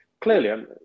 Clearly